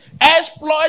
Exploit